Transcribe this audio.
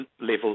level